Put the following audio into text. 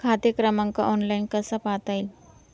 खाते क्रमांक ऑनलाइन कसा पाहता येईल?